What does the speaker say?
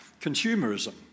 Consumerism